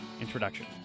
introduction